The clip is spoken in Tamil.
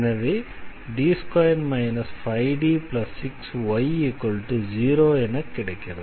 எனவே D2 5D6y0 என கிடைக்கிறது